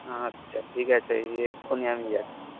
আচ্ছা ঠিক আছে এক্ষুনি আমি যাচ্ছি